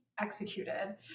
executed